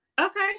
Okay